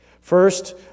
First